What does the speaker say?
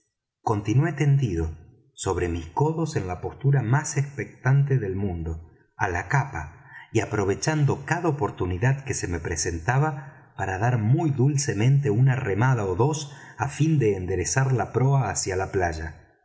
continué tendido sobre mis codos en la postura más espectante del mundo á la capa y aprovechando cada oportunidad que se me presentaba para dar muy dulcemente una remada ó dos á fin de enderezar la proa hacia la playa